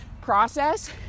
process